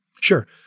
Sure